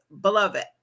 Beloved